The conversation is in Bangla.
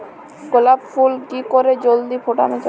গোলাপ ফুল কি করে জলদি ফোটানো যাবে?